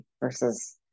versus